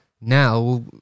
now